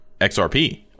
XRP